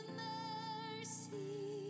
mercy